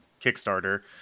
kickstarter